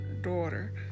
daughter